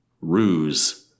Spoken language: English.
ruse